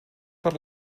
per